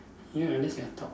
ya unless you are top